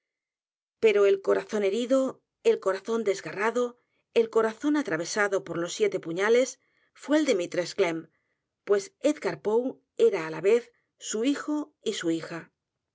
o el corazón herido el corazón d e s g a r r a d o el corazón atravesado por los siete puñales fué el de mrs clemn p u e s e d g a r poe era á la vez su hijo y su hija